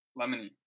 lemony